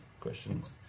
questions